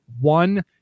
one